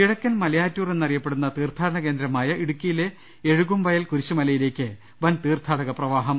കിഴക്കൻ മലയാറ്റൂർ എന്നറിയപ്പെടുന്ന തീർത്ഥാടന കേന്ദ്രമായ ഇടുക്കിയിലെ എഴുകുംവയൽ കുരിശുമലയിലേക്ക് വൻ തീർത്ഥാടകപ്രവാഹം